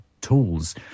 tools